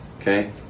okay